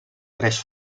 tres